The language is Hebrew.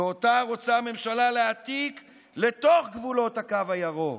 ואותה רוצה הממשלה להעתיק לתוך גבולות הקו הירוק.